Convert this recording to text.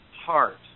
heart